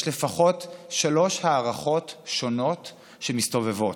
יש לפחות שלוש הערכות שונות שמסתובבות.